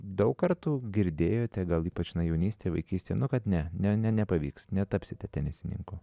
daug kartų girdėjote gal ypač na jaunystėj vaikystėj nu kad ne ne ne nepavyks netapsite tenisininku